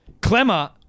Clemmer